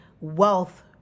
wealth